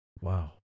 Wow